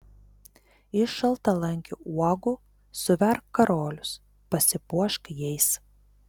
iš šaltalankio uogų suverk karolius pasipuošk jais